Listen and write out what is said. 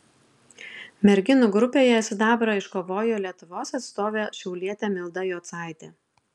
merginų grupėje sidabrą iškovojo lietuvos atstovė šiaulietė milda jocaitė